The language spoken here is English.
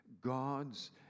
God's